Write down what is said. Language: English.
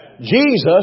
Jesus